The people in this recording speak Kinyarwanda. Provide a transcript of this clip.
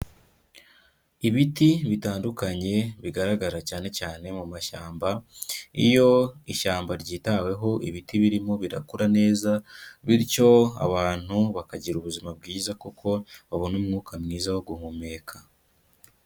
Ibiti bitandukanye bigaragara cyane cyane mu mashyamba, iyo ishyamba ryitaweho ibiti birimo birakura neza bityo abantu bakagira ubuzima bwiza kuko babona umwuka mwiza wo guhumeka.